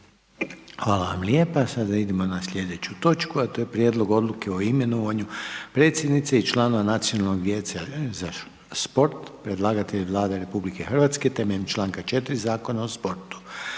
Željko (HDZ)** Sada idemo na sljedeću točku, a to je: - Prijedlog odluke o imenovanju predsjednice i članova Nacionalnog vijeća za sport; predlagatelj je Vlada RH temeljem čl. 4 Zakona o sportu.